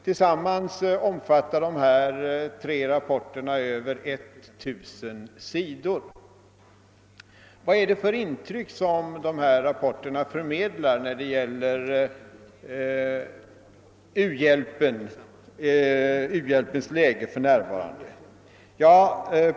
Tillsammans omfattar dessa tre rapporter över 1 000 sidor. Vad är det för intryck dessa rapporter förmedlar när det gäller u-hjälpens läge för närvarande?